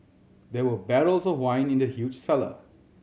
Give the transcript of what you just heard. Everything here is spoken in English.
there were barrels of wine in the huge cellar